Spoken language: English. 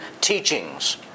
teachings